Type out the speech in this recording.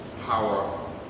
power